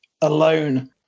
alone